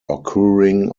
occurring